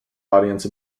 audience